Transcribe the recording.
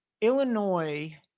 Illinois